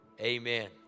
Amen